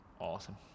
awesome